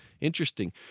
interesting